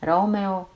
Romeo